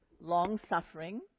long-suffering